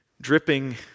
Dripping